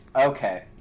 Okay